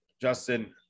Justin